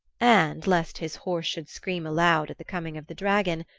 and, lest his horse should scream aloud at the coming of the dragon,